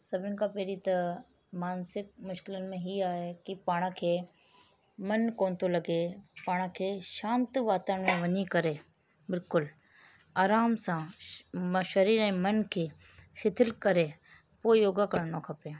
सभिनि खां पहिरीं त मानसिक मुश्किलनि में हीउ आहे की पाण खे मनु कोन थो लॻे पाण खे शांति वातावरण वञी करे बिल्कुलु आराम सां मां शरीर ऐं मन खे शितिर करे पोइ योगा करिणो खपे